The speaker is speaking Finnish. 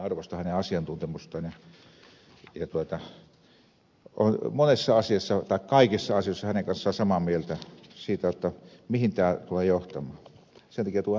minä arvostan hänen asiantuntemustaan ja olen kaikissa asioissa hänen kanssaan samaa mieltä siitä mihin tämä tulee johtamaan